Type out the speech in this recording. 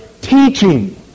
teaching